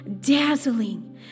dazzling